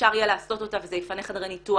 שאפשר יהיה לעשות אותה וזה יפנה חדרי ניתוח.